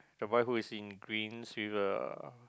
the one who is in green with a